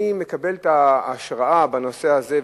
אני מקבל את ההשראה בנושא הזה,